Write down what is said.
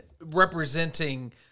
representing